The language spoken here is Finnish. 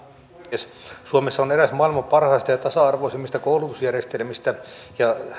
puhemies suomessa on eräs maailman parhaista ja tasa arvoisimmista koulutusjärjestelmistä ja